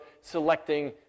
selecting